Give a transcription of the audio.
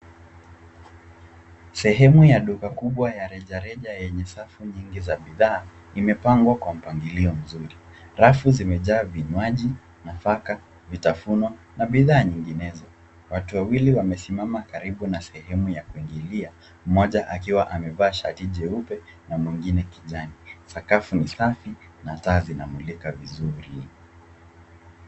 Sehemu ya duka kubwa ya rejareja yenye safu nyingi za bidhaa imepangwa kwa mpangilio mzuri. Rafu zimejaa vinywaji, nafaka, vitafunwa na bidhaa nyinginezo. Watu wawili wamesimama karibu na sehemu ya kuingilia, mmoja akiwa amevaa shati jeupe na mwengine kijani. Sakafu ni safi na taa zinamulika vizuri.